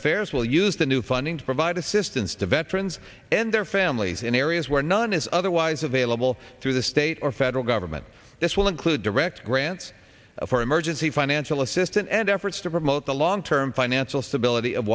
affairs will use the new funding to provide assistance to veterans and their families in areas where none is otherwise it's available through the state or federal government this will include direct grants for emergency financial assistance and efforts to promote the long term financial stability of